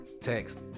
Text